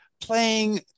playing